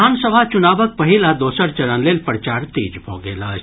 विधानसभा चुनावक पहिल आ दोसर चरण लेल प्रचार तेज भऽ गेल अछि